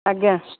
ଆଜ୍ଞା